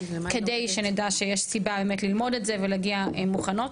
כדי שנדע שיש סיבה באמת ללמוד את זה ולהגיע מוכנות.